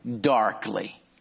darkly